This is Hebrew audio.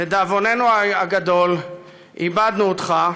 לדאבוננו הגדול איבדנו אותך,